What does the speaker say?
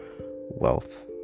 wealth